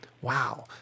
Wow